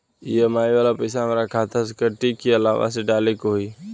EMI वाला पैसा हाम्रा खाता से कटी की अलावा से डाले के होई?